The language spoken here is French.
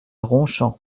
ronchamp